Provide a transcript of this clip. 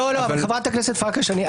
חברת הכנסת פרקש,